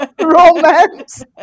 romance